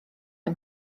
yng